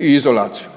i izolacijom.